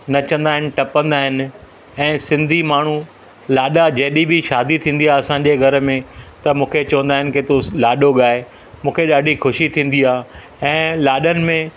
नचंदा आहिनि टपंदा आहिनि ऐं सिंधी माण्हू लाॾा जॾहिं बि शादी थींदी आहे असांजे घर में त मूंखे चवंदा आहिनि की तूं लाॾो गाए मूंखे ॾाढी ख़ुशी थींदी आहे ऐं लाॾनि में